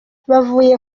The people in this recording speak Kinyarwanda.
bavuye